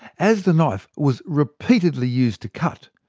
as the knife was repeatedly used to cut,